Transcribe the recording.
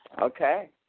Okay